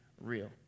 real